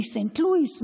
מסנט לואיס,